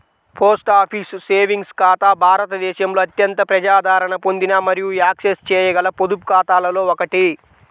post office savings ఖాతా భారతదేశంలో అత్యంత ప్రజాదరణ పొందిన మరియు యాక్సెస్ చేయగల పొదుపు ఖాతాలలో ఒకటి